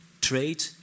trade